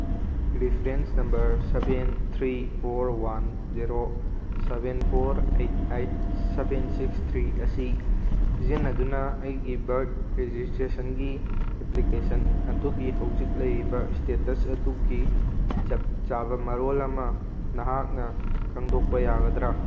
reference number seven three four one zero seven four eight eight seven six three ꯑꯁꯤ ꯁꯤꯖꯤꯟꯅꯗꯨꯅ ꯑꯩꯒꯤ ꯕꯥꯔꯠ ꯔꯦꯖꯤꯁꯇ꯭ꯔꯦꯁꯟꯒꯤ application ꯑꯗꯨꯒꯤ ꯍꯧꯖꯤꯛ ꯂꯩꯔꯤꯕ ꯏꯁꯇꯦꯇꯁ ꯑꯗꯨꯒꯤ ꯆꯞ ꯆꯥꯕ ꯃꯔꯣꯜ ꯑꯃ ꯅꯍꯥꯛꯅ ꯈꯪꯗꯣꯛꯄ ꯌꯥꯒꯗ꯭ꯔꯥ